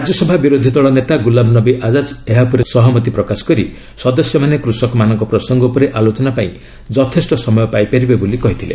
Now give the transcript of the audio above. ରାଜ୍ୟସଭା ବିରୋଧୀଦଳ ନେତା ଗୁଲାମନବୀ ଆଜାଦ ଏହା ଉପରେ ସହମତି ପ୍ରକାଶ କରି ସଦସ୍ୟମାନେ କୃଷକମାନଙ୍କ ପ୍ରସଙ୍ଗ ଉପରେ ଆଲୋଚନା ପାଇଁ ଯଥେଷ୍ଟ ସମୟ ପାଇପାରିବେ ବୋଲି କହିଥିଲେ